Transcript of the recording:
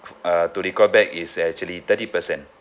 uh to recall back is actually thirty percent